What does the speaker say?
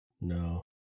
no